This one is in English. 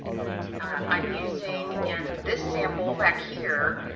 and i'm using in this sample back here,